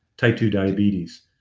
type ii diabetes.